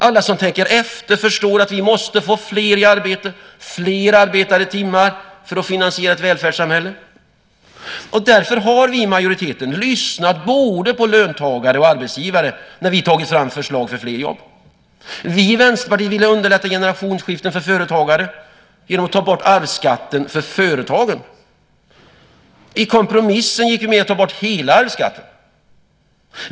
Alla som tänker efter förstår att vi måste få fler i arbete och fler arbetade timmar för att finansiera ett välfärdssamhälle. Därför har vi i majoriteten lyssnat både på löntagare och arbetsgivare när vi har tagit fram förslag för fler jobb. Vi i Vänsterpartiet vill underlätta generationsskiften för företagare genom att ta bort arvsskatten för företagen. I kompromissen gick vi med på att ta bort hela arvsskatten.